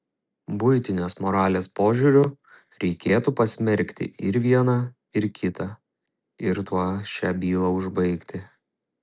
buitinės moralės požiūriu reikėtų pasmerkti ir vieną ir kitą ir tuo šią bylą užbaigti